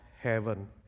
heaven